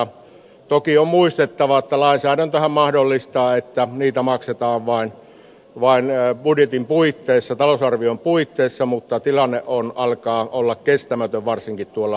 toki on muistettava että lainsäädäntöhän mahdollistaa että niitä maksetaan vain budjetin puitteissa talousarvion puitteissa mutta tilanne alkaa olla kestämätön varsinkin tuolla lapissa